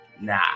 Nah